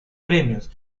premios